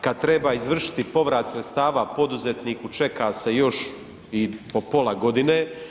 Kad treba izvršiti povrat sredstva poduzetniku, čeka se još i pola godine.